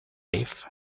life